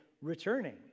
returning